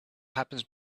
happens